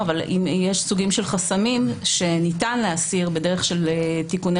יש סוגי חסמים שניתן להסיר בדרך של תיקוני